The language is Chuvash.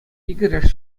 йӗкӗреш